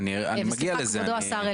וסליחה כבודו השר,